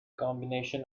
combination